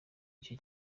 icyo